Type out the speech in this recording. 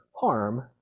harm